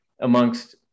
amongst